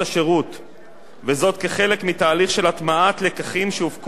כחלק מתהליך של הטמעת לקחים שהופקו מהפעלתו של